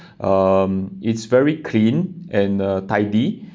um it's very clean and uh tidy